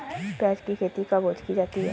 प्याज़ की खेती कब की जाती है?